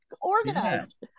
organized